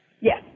Yes